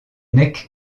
mecs